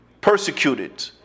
persecuted